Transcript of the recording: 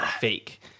fake